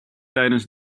tijdens